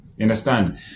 understand